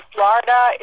Florida